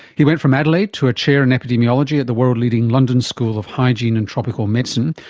he went from adelaide to a chair in epidemiology at the world leading london school of hygiene and tropical medicine,